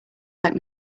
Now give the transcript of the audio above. let